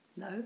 No